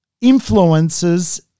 influences